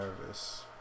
nervous